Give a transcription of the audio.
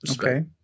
Okay